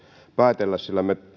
päätellä sillä me